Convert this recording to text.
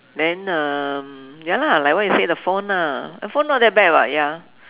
then um ya lah like what you said the phone ah the phone not that bad [what] ya